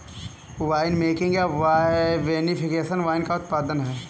winemaking या vinification wine का उत्पादन है